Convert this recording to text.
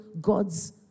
God's